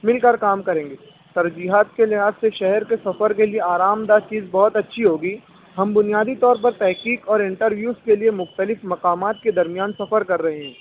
مل کر کام کریں گے سر جہات کے لحاظ سے شہر کے سفر کے لیے آرام دہ چیز بہت اچھی ہوگی ہم بنیادی طور پر تحقیق اور انٹرویوز کے لیے مختلف مقامات کے درمیان سفر کر رہے ہیں